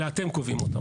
אלא אתם קובעים אותם.